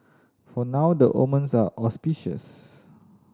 for now the omens are auspicious